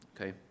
okay